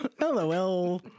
LOL